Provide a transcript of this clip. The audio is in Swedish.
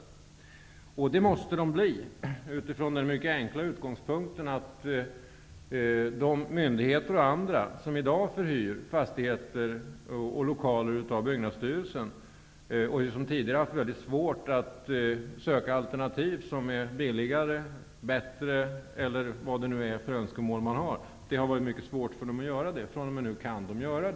De som äger och förvaltar fastigheter måste bli effektiva utifrån den mycket enkla utgångspunkten att de myndigheter och andra, som i dag förhyr fastigheter och lokaler av Byggnadsstyrelsen, tidigare haft väldigt svårt att söka alternativ som är exempelvis billigare eller bättre, medan de fr.o.m. nu har möjlighet att söka sådana alternativ.